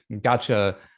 gotcha